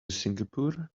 singapore